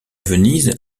venise